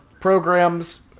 programs